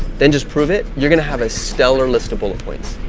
then just prove it. you're gonna have a stellar list of bullet points.